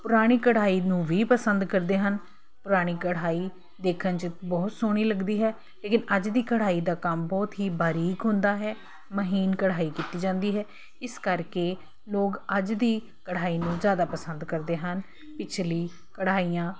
ਪੁਰਾਣੀ ਕਢਾਈ ਨੂੰ ਵੀ ਪਸੰਦ ਕਰਦੇ ਹਨ ਪੁਰਾਣੀ ਕਢਾਈ ਦੇਖਣ 'ਚ ਬਹੁਤ ਸੋਹਣੀ ਲੱਗਦੀ ਹੈ ਲੇਕਿਨ ਅੱਜ ਦੀ ਕਢਾਈ ਦਾ ਕੰਮ ਬਹੁਤ ਹੀ ਬਾਰੀਕ ਹੁੰਦਾ ਹੈ ਮਹੀਨ ਕਢਾਈ ਕੀਤੀ ਜਾਂਦੀ ਹੈ ਇਸ ਕਰਕੇ ਲੋਕ ਅੱਜ ਦੀ ਕਢਾਈ ਨੂੰ ਜ਼ਿਆਦਾ ਪਸੰਦ ਕਰਦੇ ਹਨ ਪਿਛਲੀ ਕਢਾਈਆਂ